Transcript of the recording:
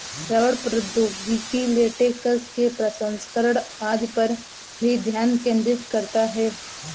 रबड़ प्रौद्योगिकी लेटेक्स के प्रसंस्करण आदि पर भी ध्यान केंद्रित करता है